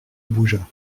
bougea